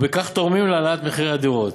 וכך תורמים להעלאת מחירי הדירות.